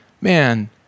Man